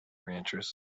ranchers